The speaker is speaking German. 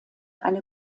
eine